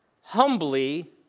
humbly